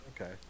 Okay